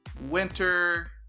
winter